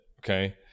okay